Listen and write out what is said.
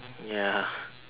ya